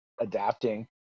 adapting